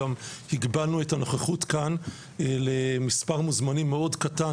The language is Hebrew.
גם הגבלנו את הנוכחות כאן למספר מוזמנים מאוד קטן